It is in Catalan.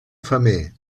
femer